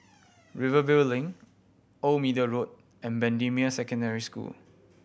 Rivervale Link Old Middle Road and Bendemeer Secondary School